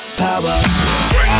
power